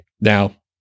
Now